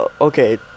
okay